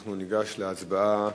אנחנו ניגש להצבעה